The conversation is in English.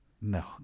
No